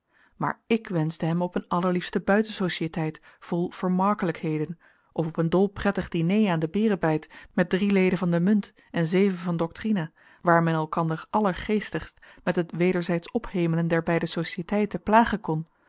maar ik wenschte hem op een allerliefste buitensociëteit vol vermoakelijkheden of op een dolprettig diné aan den berenbijt met drie leden van de munt en zeven van doctrina waar men elkander allergeestigst met het wederzijds ophemelen der beide sociëteiten plagen kon